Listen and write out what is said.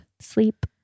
sleep